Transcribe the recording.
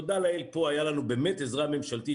תודה לאל פה היה לנו באמת עזרה ממשלתית